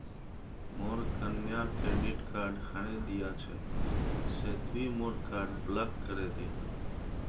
मोर कन्या credit card हरें दिया छे से तुई मोर कार्ड ब्लॉक करे दे